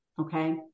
Okay